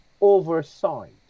oversight